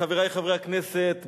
חברי חברי הכנסת,